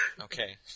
Okay